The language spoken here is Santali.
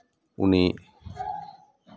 ᱩᱱᱤ